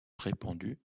répandu